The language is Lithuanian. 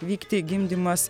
vykti gimdymas